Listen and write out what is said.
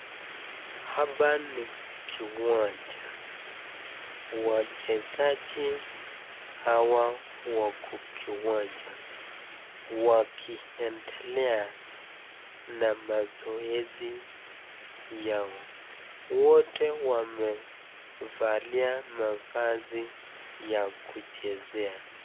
Hapa ni kiwanja, wachezaji hawa wako kiwanja wakiendelea na mazoezi yao wote wamevalia mavazi ya kuchezea.